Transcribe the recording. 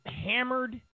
hammered